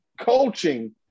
coaching